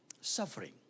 Suffering